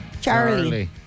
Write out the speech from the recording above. Charlie